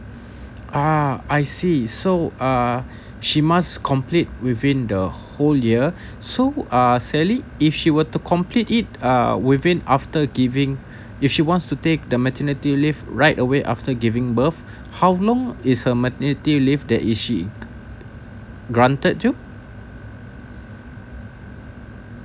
ah I see so uh she must complete within the whole year so uh sally if she will to complete it uh within after giving if she wants to take the maternity leave right away after giving birth how long is her maternity leave that is she granted to